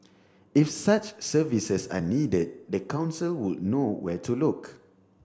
if such services are needed the council would know where to look